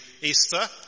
Easter